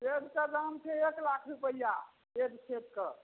बेडके दाम छै एक लाख रुपैआ एक सेटके